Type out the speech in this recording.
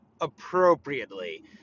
appropriately